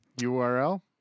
URL